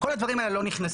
כל הדברים האלה לא נכנסים.